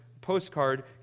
postcard